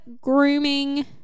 grooming